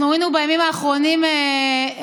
אנחנו ראינו בימים האחרונים התפרעויות